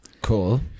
Cool